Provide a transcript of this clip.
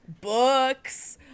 books